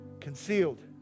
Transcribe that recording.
Concealed